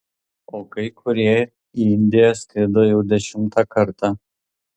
o kai kurie į indiją skrido jau dešimtą kartą